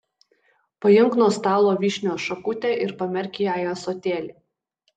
paimk nuo stalo vyšnios šakutę ir pamerk ją į ąsotėlį